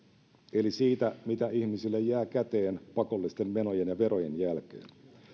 eli siitä mitä ihmisille jää käteen pakollisten menojen ja verojen jälkeen